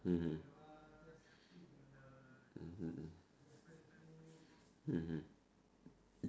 mmhmm mmhmm mmhmm